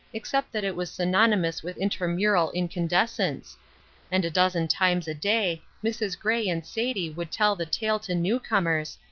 except that it was synonymous with intramural incandescence and a dozen times a day mrs. gray and sadie would tell the tale to new-comers,